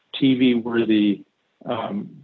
TV-worthy